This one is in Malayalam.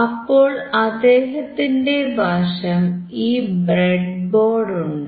അപ്പോൾ അദ്ദേഹത്തിന്റെ വശം ഈ ബ്രെഡ്ബോർഡ് ഉണ്ട്